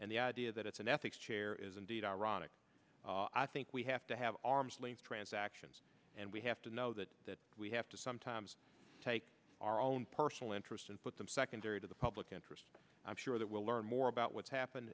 and the idea that it's an ethics chair is indeed ironic i think we have to have arms length transactions and we have to know that that we have to sometimes take our own personal interests and put them secondary to the public interest i'm sure that we'll learn more about what's happened